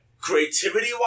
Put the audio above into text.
Creativity